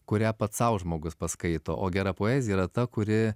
kurią pats sau žmogus paskaito o gera poezija yra ta kuri